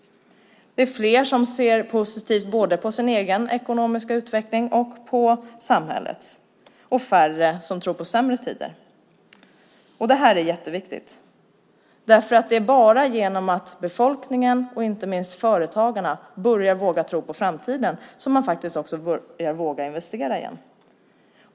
Fler ser positivt både på sin egen ekonomiska utveckling och på samhällets utveckling, och färre tror på sämre tider. Det är jätteviktigt. Det är bara genom att befolkningen och inte minst företagarna börjar våga tro på framtiden som man också börjar våga investera igen.